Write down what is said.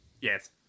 Yes